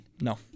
No